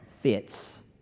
fits